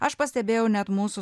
aš pastebėjau net mūsų